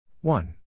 One